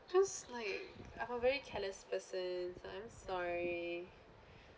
cause like I'm a very careless person so I'm sorry